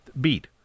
beat